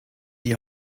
die